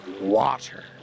water